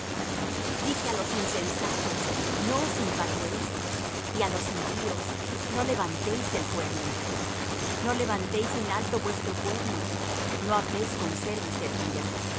dije á los insensatos no os infatuéis y á los impíos no levantéis el cuerno no levantéis en alto vuestro cuerno no habléis con cerviz erguida